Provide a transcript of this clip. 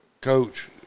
Coach